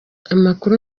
amakuru